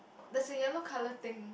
there's a yellow colour thing